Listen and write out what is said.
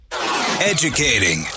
Educating